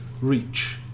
reach